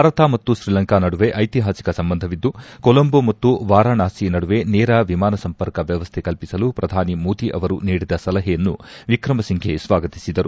ಭಾರತ ಮತ್ತು ಶ್ರೀಲಂಕಾ ನಡುವೆ ಐತಿಹಾಸಿಕ ಸಂಬಂಧವಿದ್ದು ಕೊಲಂಬೋ ಮತ್ತು ವಾರಣಾಸಿ ನಡುವೆ ನೇರ ವಿಮಾನ ಸಂಪರ್ಕ ವ್ಯವಸ್ಥೆ ಕಲ್ಲಿಸಲು ಪ್ರಧಾನಿ ಮೋದಿ ಅವರು ನೀಡಿದ ಸಲಹೆಯನ್ನು ವಿಕ್ರಮ ಸಿಂಘೆ ಸ್ವಾಗತಿಸಿದರು